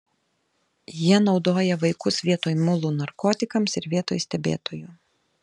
jie naudoja vaikus vietoj mulų narkotikams ir vietoj stebėtojų